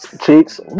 Cheeks